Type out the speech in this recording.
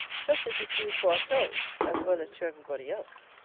justice is due to ourselves, as well as to every body else.